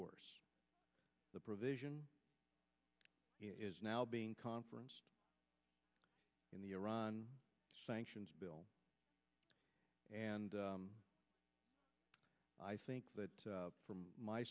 worse the provision is now being conference in the iran sanctions bill and i think that from my